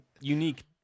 unique